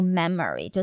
memory